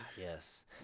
yes